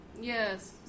yes